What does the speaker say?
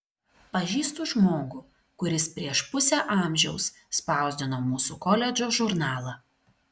pažįstu žmogų kuris prieš pusę amžiaus spausdino mūsų koledžo žurnalą